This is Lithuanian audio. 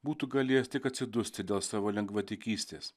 būtų galėjęs tik atsidusti dėl savo lengvatikystės